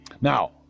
Now